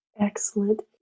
Excellent